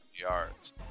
yards